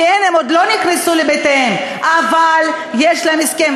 כן, הם עוד לא נכנסו לבתיהם, אבל יש להם הסכם.